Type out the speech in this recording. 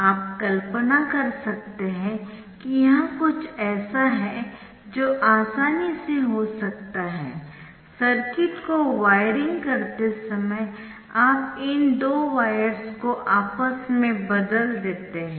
आप कल्पना कर सकते है कि यह कुछ ऐसा है जो आसानी से हो सकता है सर्किट को वायरिंग करते समय आप इन दो वायर्स को आपस में बदल देते है